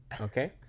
Okay